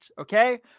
Okay